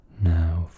now